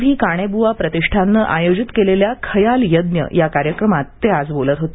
V काणेब्रवा प्रतिष्ठाननं आयोजित केलेल्या खयाल यज्ञ या कार्यक्रमात ते आज बोलत होते